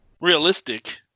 realistic